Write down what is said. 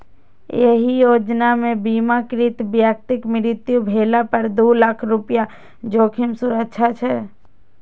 एहि योजना मे बीमाकृत व्यक्तिक मृत्यु भेला पर दू लाख रुपैया जोखिम सुरक्षा छै